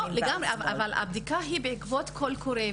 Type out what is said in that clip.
לא, לגמרי, אבל הבדיקה היא בעקבות קול קורא.